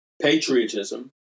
patriotism